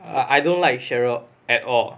I I don't like cheryl at all